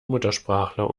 muttersprachler